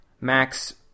max